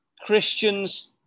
Christians